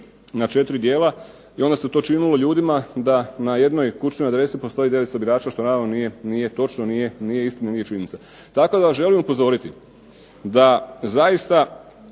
na 4 dijela i onda se to činilo ljudima da na jednoj kućnoj adresi postoji 900 birača što naravno nije točno, nije istinito, nije činjenica. Tako da želim upozoriti da zaista